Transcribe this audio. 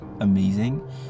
amazing